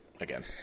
again